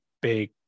big